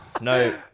No